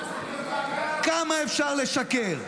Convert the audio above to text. כמה אפשר לשקר?